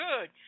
good